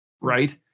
right